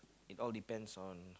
it all depends on